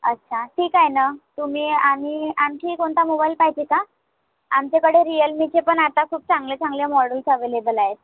अच्छा ठीक आहे ना तुम्ही आणि आणखी कोणता मोबाईल पाहिजे का आमच्याकडे रियलमीचे पण आता खूप चांगले चांगले मॉडेल्स अव्हेलेबल आहेत